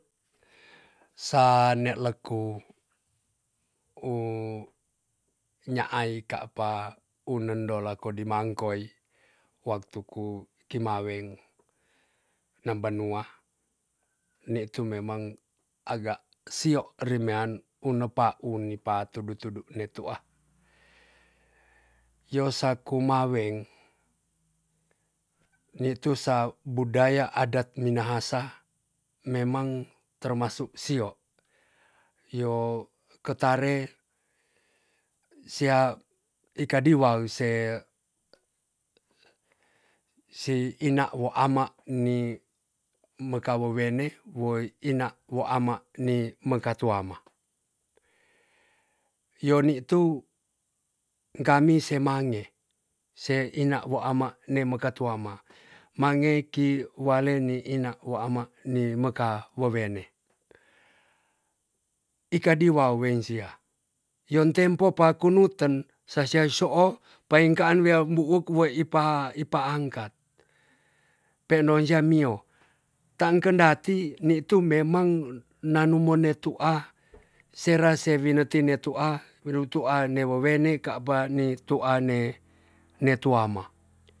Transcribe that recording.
Sa nelek ku u nyaai kapa u nendo lako dimangkoi waktu ku kimaweng nam banua nitu memang agak sio rimean u nepa u nipat tudu tudu ni tua yo sa kumaweng nitu sa budaya adat minahasa memang termasuk sio yo ketare sia ikadi waw se si ina wo ama ni meka wowene wo ina wo ama ni meka tuama yo nitu ung kami semange se ina wo ama ne meka tuama mange iki wale ni ina wu ama ni meka wowene ikadiwa wowensia yon tempo pa kunuten saia i soo paengkaan wia mbuuk wai pa ipa angkat pendon sya mio tang kendati nitu memang nanu mo ne tua sera se wineti ne tua winutua ne wowene kapa ni tua ne netu ama